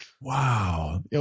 Wow